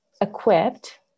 equipped